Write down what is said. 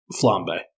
flambe